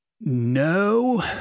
No